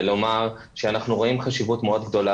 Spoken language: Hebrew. ולומר שאנחנו רואים חשיבות מאוד גדולה